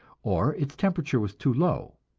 or its temperature was too low.